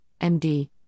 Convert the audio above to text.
MD